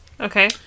okay